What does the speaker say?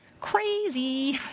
crazy